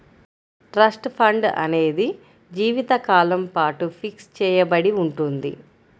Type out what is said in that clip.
trust fund అనేది జీవితకాలం పాటు ఫిక్స్ చెయ్యబడి ఉంటుంది